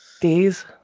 Days